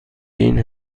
این